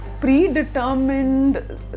predetermined